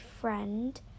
friend